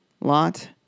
lot